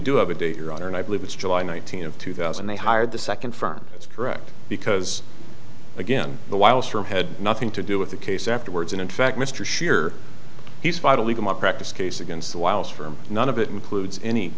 do have a date your honor and i believe it's july nineteenth two thousand they hired the second firm that's correct because again the wiles from had nothing to do with the case afterwards and in fact mr scheer he's fighting legal malpractise case against the wiles firm none of it includes any